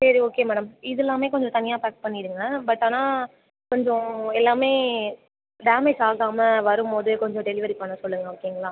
சரி okay madam இதெல்லாமே கொஞ்சம் தனியாக பேக் பண்ணிடுங்கள் பட் ஆனால் கொஞ்சம் எல்லாமே டேமேஜ் ஆகாமல் வரும் போது கொஞ்சம் டெலிவரி பண்ண சொல்லுங்கள் ஓகேங்களா